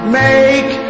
make